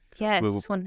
Yes